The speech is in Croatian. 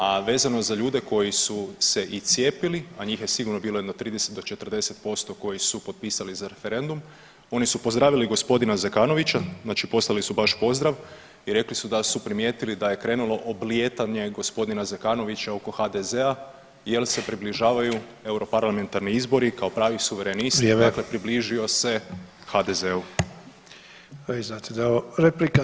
A vezano za ljude koji su se i cijepili, a njih je sigurno bilo jedno 30 do 40% koji su potpisali za referendum oni su pozdravili gospodina Zekanovića, znači poslali su baš pozdrav i rekli su da su primijetili da je krenulo oblijetanje gospodina Zekanovića oko HDZ-a jer se približavaju europarlamentarni izbori kao pravi suverenist dakle približio se HDZ-u.